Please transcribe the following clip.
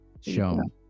shown